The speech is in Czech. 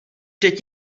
teď